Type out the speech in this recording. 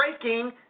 breaking